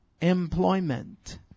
employment